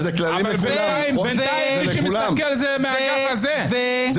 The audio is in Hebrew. יותר מזה,